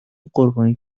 قربانی